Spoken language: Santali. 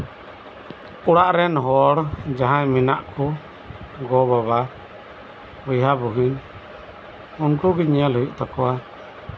ᱚᱲᱟᱜ ᱨᱮᱱ ᱦᱚᱲ ᱡᱟᱸᱦᱟᱭ ᱢᱮᱱᱟᱜ ᱠᱚ ᱜᱚ ᱵᱟᱵᱟ ᱵᱚᱭᱦᱟ ᱵᱩᱦᱤᱱ ᱩᱱᱠᱩ ᱜᱮ ᱧᱮᱞ ᱦᱩᱭᱩᱜ ᱛᱟᱠᱚᱣᱟ